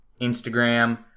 Instagram